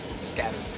scattered